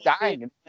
dying